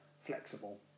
flexible